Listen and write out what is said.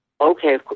Okay